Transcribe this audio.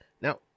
now